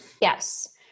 Yes